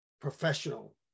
professional